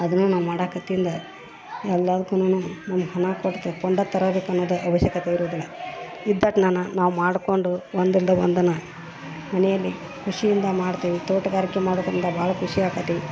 ಅದನು ನಾವು ಮಾಡಕತ್ತಿಂದ ಎಲ್ಲಾದ್ಕುನುನು ನಮ್ಗ ಹಣ ಕೊಟ್ಟು ತಕೊಂಡ ತರಬೇಕು ಅನ್ನೋದ ಆವಶ್ಯಕತೆ ಇರೋದಿಲ್ಲ ಇದ್ದಾಗ ನಾನು ನಾವು ಮಾಡ್ಕೊಂಡು ಒಂದೊಂದು ಒಂದನ್ನ ಮನೆಯಲ್ಲಿ ಖುಷಿಯಿಂದ ಮಾಡ್ತೇವಿ ತೋಡಗಾರಿಕೆ ಮಾಡ್ಕೊಂದ ಭಾಳ ಖುಷಿ ಆಗ್ತತಿ